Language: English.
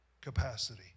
capacity